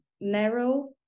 narrow